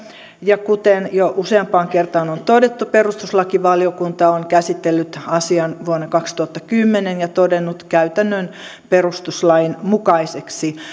ja kuten jo useampaan kertaan on on todettu perustuslakivaliokunta on käsitellyt asian vuonna kaksituhattakymmenen ja todennut käytännön perustuslain mukaiseksi